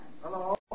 Hello